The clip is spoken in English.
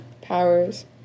powers